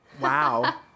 wow